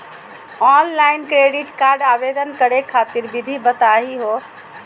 Online credit card आवेदन करे खातिर विधि बताही हो?